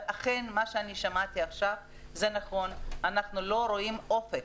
ואכן נכון מה ששמעתי אנו לא רואים אופק,